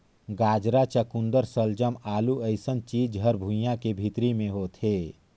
गाजरा, चकुंदर सलजम, आलू अइसन चीज हर भुइंयां के भीतरी मे होथे